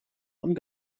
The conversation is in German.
und